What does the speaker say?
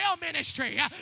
ministry